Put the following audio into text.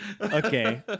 Okay